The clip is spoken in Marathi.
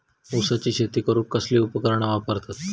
ऊसाची शेती करूक कसली उपकरणा वापरतत?